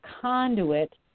conduit